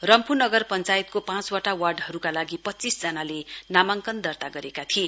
रम्फू नगर पञ्चायतको पाँचवटा वार्डहरूका लागि पच्चीस जनाले नामाङ्कन दर्ता गरेका थिए